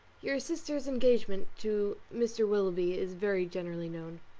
your sister's engagement to mr. willoughby is very generally known.